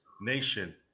nation